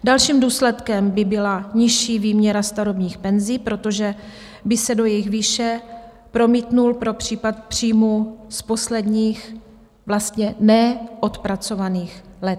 Dalším důsledkem by byla nižší výměra starobních penzí, protože by se do jejich výše promítl příjem z posledních vlastně neodpracovaných let.